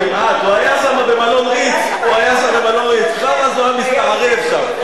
הוא היה שם במלון "ריץ", מסתערב שם.